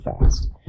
fast